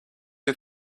you